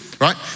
right